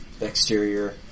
exterior